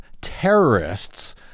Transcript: terrorists